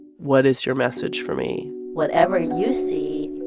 what is your message for me? whatever you see,